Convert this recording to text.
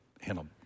handle